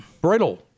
brittle